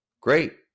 great